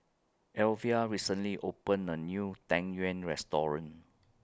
Alvia recently opened A New Tang Yuen Restaurant